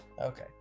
Okay